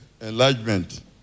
enlargement